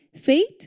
Faith